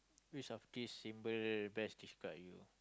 which of this symbol best describe you